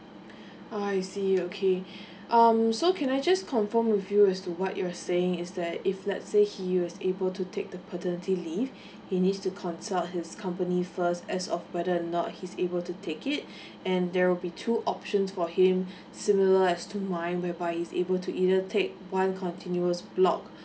I see okay um so can I just confirm with you as to what you're saying is that if let's say he was able to take the paternity leave he needs to consult his company first as of weather not he's able to take it and there'll be two options for him similar as to mine whereby he's able to either take one continuous block